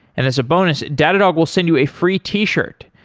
and as a bonus, datadog will send you a free t-shirt.